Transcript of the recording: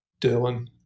Dylan